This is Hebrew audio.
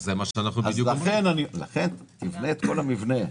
לכן תבנה את כל המבנה.